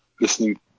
listening